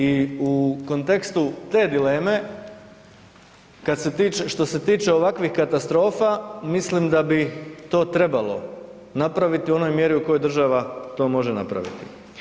I u kontekstu te dileme što se tiče ovakvih katastrofa mislim da bi to trebalo napraviti u onoj mjeri u kojoj to država može napraviti.